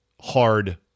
hard